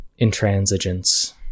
intransigence